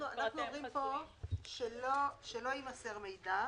אנחנו אומרים פה שלא יימסר מידע,